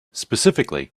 specifically